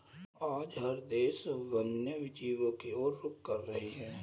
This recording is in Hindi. आज हर देश वन्य जीवों की और रुख कर रहे हैं